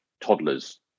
toddlers